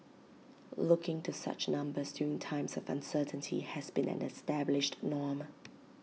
looking to such numbers during times of uncertainty has been an established norm